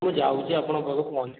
ମୁଁ ଯାଉଛି ଆପଣଙ୍କ ପାଖକୁ ପହଞ୍ଚୁଛି ଆଉ